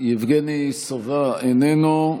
יבגני סובה, איננו.